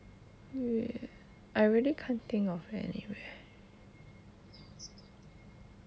I really can't think of anywhere